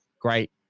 great